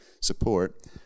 support